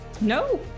No